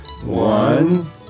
One